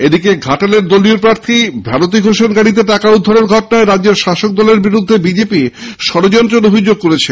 এদিকে বিজেপি ঘাটালের দলীয় প্রার্থী ভারতী ঘোষের গাড়িতে টাকা উদ্ধারের ঘটনায় রাজ্যের শাসক দলের বিরুদ্ধে ষডযন্ত্রের অভিযোগ এনেছে